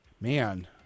Man